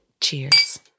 Cheers